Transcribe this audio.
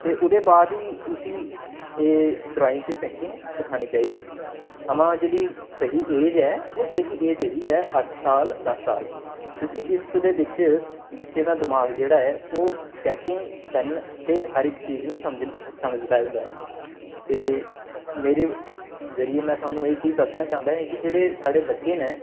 ते ओह्दे बाद ही उस्सी एह् ड्राइंग ते पेंटिंग सखानी चाहिदी अ'म्मा जेह्ड़ी स्हेई ऐज ऐ ओह् स्हेई ऐज ही है अट्ठ साल दस साल क्योंकि इस दे बिच्च बच्चें दा दिमाग जेह्ड़ा ऐ ओह् स्कैचिंग पैन ते हर इक चीज नूं समझदा होंदा ऐ ते मेरे जरिये में थुआनूं एह् चीज में दस्सना चाह्न्ना ऐ कि जेह्ड़े साढ़े बच्चे न